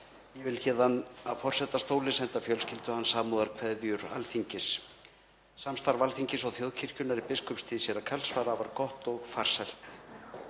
Ég vil héðan af forsetastóli senda fjölskyldu hans samúðarkveðjur Alþingis. Samstarf Alþingis og þjóðkirkjunnar í biskupstíð sr. Karls var afar gott og farsælt.